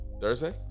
Thursday